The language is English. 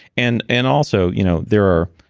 and and also, you know there are,